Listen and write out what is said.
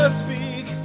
speak